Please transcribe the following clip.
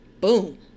boom